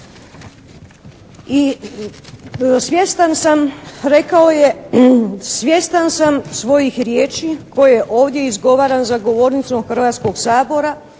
svjestan sam svojih riječi koje ovdje izgovaram za govornicom Hrvatskog sabora